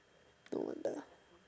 no wonder